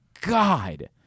god